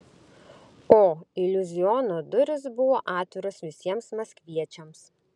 o iliuziono durys buvo atviros visiems maskviečiams